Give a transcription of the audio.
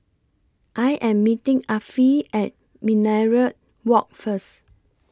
I Am meeting Affie At Minaret Walk First